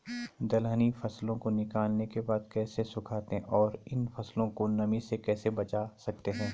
दलहनी फसलों को निकालने के बाद कैसे सुखाते हैं और इन फसलों को नमी से कैसे बचा सकते हैं?